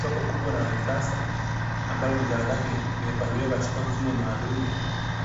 Soko kubwa na la kisasa ambazo bidhaa zake zimepangiliwa katika mfumo maalumu